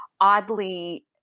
oddly